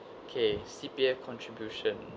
okay C_P_F contribution